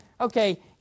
okay